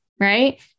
right